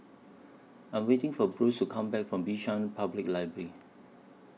I Am waiting For Bruce to Come Back from Bishan Public Library